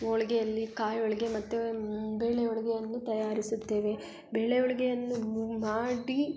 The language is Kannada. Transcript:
ಹೋಳ್ಗೆಯಲ್ಲಿ ಕಾಯಿ ಹೋಳ್ಗೆ ಮತ್ತು ಬೇಳೆ ಹೋಳ್ಗೆಯನ್ನು ತಯಾರಿಸುತ್ತೇವೆ ಬೇಳೆ ಹೋಳ್ಗೆಯನ್ನು ಮಾಡಿ